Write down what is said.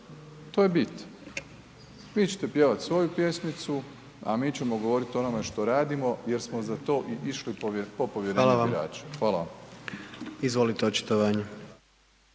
to je bit. Vi ćete pjevati svoju pjesmicu, a mi ćemo govoriti o onome što radimo jer smo za to i išli po …/Upadica: Hvala vam/…povjerenju